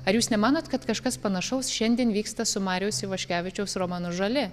ar jūs nemanot kad kažkas panašaus šiandien vyksta su mariaus ivaškevičiaus romanu žali